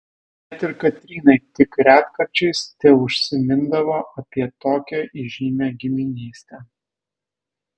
net ir katrynai tik retkarčiais teužsimindavo apie tokią įžymią giminystę